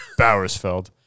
Bowersfeld